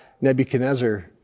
Nebuchadnezzar